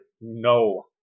no